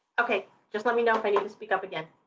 okay, just let me know if i need to speak up again.